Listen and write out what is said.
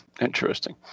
Interesting